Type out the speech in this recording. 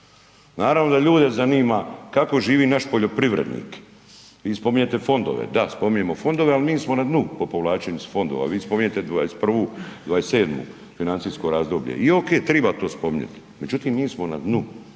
Naravno da ljude zanima kako živi naš poljoprivrednik. Vi spominjete fondove, da spominjemo fondove, ali mi smo na dnu po povlačenju iz fondova. Vi spominjete '21./'27. financijsko razdoblje i ok treba to spominjati, međutim mi smo na dnu.